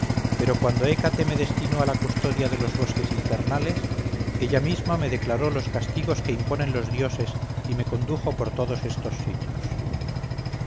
pero cuando hécate me destinó a la custodia de los bosques infernales ella misma me declaró los castigos que imponen los dioses y me condujo por todos estos sitios